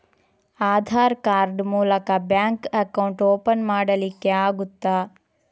Aadhaar card ಮೂಲಕ bank account open ಮಾಡಲಿಕ್ಕೆ ಆಗುತಾ?